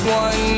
one